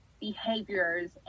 behaviors